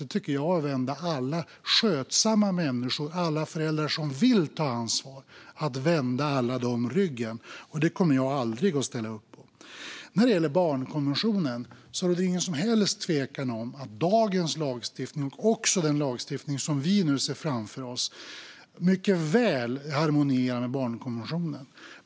Det tycker jag är att vända alla skötsamma människor och alla föräldrar som vill ta ansvar ryggen, och det kommer jag aldrig att ställa upp på. När det gäller barnkonventionen råder det inget som helst tvivel om att dagens lagstiftning och även den lagstiftning som vi nu ser framför oss mycket väl harmonierar med barnkonventionen.